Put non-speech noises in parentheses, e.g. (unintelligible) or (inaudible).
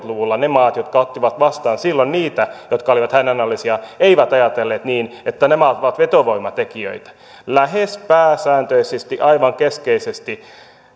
(unintelligible) luvulla ne maat jotka ottivat vastaan silloin niitä jotka olivat hädänalaisia eivät ajatelleet niin että on vetovoimatekijöitä lähes pääsääntöisesti aivan keskeisesti